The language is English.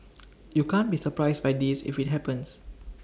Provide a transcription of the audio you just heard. you can't be surprised by this if IT happens